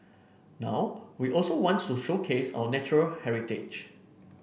now we also want to showcase our natural heritage